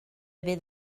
fydd